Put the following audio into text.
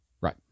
Right